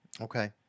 Okay